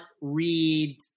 read